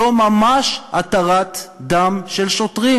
זו ממש התרת דם של שוטרים.